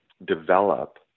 develop